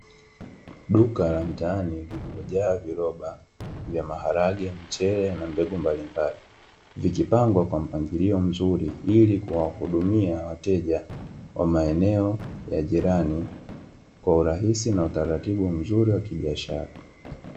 Duka la mtaani lililojaa viroba vya maharage mchele na mbegu mbalimbali, vikipangwa kwa mpangilio mzuri ili kuwahudumia wateja wa maeneo ya jirani kwa urahisi na utaratibu mzuri wa kibiashara.